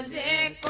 ah a